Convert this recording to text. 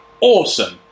awesome